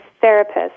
therapist